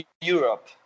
Europe